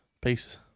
Peace